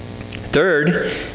Third